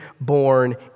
born